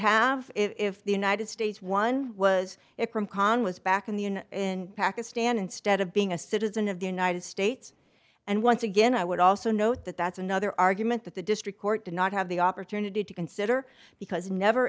have if the united states one was it from khan was back in the in in pakistan instead of being a citizen of the united states and once again i would also note that that's another argument that the district court did not have the opportunity to consider because never